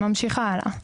ממשיכה הלאה.